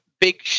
big